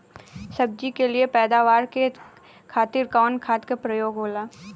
सब्जी के लिए पैदावार के खातिर कवन खाद के प्रयोग होला?